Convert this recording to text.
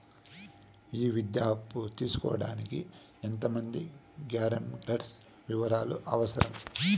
ఈ విద్యా అప్పు తీసుకోడానికి ఎంత మంది గ్యారంటర్స్ వివరాలు అవసరం?